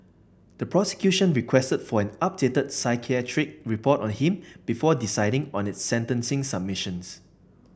the prosecution requested for an updated psychiatric report on him before deciding on its sentencing submissions